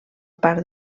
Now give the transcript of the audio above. part